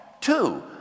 Two